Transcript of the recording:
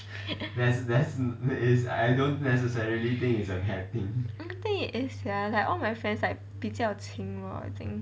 I think it is sia like all my friends like 比较轻 lor I think